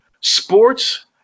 sports